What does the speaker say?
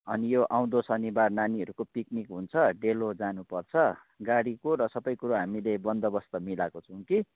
अनि यो आउँदो शनिबार नानीहरूको पिकनिक हुन्छ डेलो जानु पर्छ गाडीको र सबै कुरो हामीले बन्दोबस्त मिलाएको छौँ कि